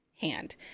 hand